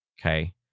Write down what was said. okay